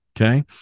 Okay